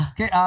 Okay